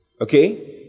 Okay